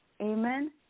Amen